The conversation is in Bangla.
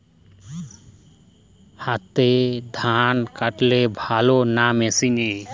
হাতে ধান কাটলে ভালো না মেশিনে?